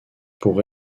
pour